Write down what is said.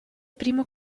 primo